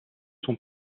sont